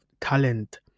talent